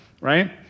right